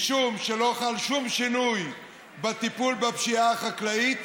משום שלא חל שום שינוי בטיפול בפשיעה החקלאית